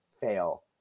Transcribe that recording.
fail